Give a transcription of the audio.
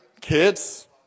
kids